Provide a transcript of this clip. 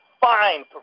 fine